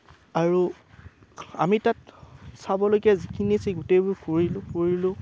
আৰু আমি তাত চাবলগীয়া যিখিনি আছে গোটেইবোৰ ঘূৰিলোঁ ফুৰিলোঁ